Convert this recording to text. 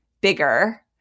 bigger